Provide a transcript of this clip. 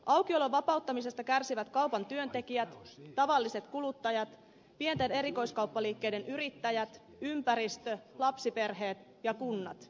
aukiolon vapauttamisesta kärsivät kaupan työntekijät tavalliset kuluttajat pienten erikoiskauppaliikkeiden yrittäjät ympäristö lapsiperheet ja kunnat